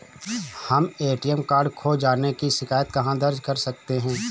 हम ATM card खो जाने की शिकायत कहाँ दर्ज कर सकते हैं?